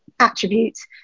attributes